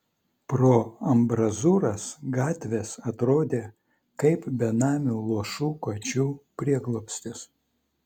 pro ambrazūras gatvės atrodė kaip benamių luošų kačių prieglobstis